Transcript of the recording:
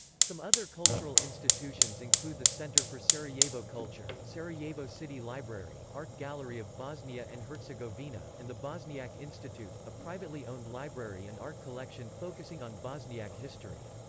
some other cultural institutions include the center for sarajevo culture, sarajevo city library, art gallery of bosnia and herzegovina, and the bosniak institute, a privately owned library and art collection focusing on bosniak history.